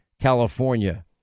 California